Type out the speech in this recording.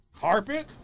Carpet